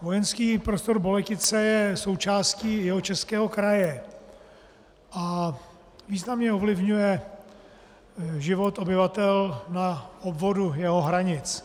Vojenský prostor Boletice je součástí Jihočeského kraje a významně ovlivňuje život obyvatel na obvodu jeho hranic.